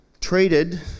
treated